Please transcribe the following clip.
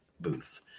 booth